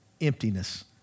emptiness